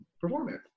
performance